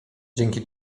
dzięki